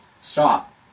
Stop